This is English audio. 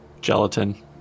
Gelatin